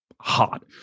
hot